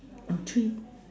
ah three